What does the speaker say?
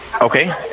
Okay